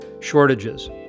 shortages